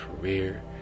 career